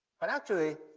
but, actually,